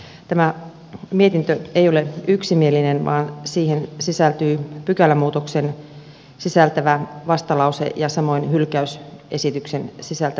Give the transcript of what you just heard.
tämä mietintö ei ole yksimielinen vaan siihen sisältyy pykälämuutoksen sisältävä vastalause ja samoin hylkäysesityksen sisältävä vastalause